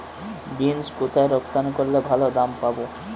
Beans কোথায় রপ্তানি করলে ভালো দাম পাব?